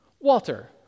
Walter